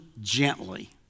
gently